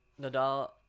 Nadal